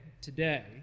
today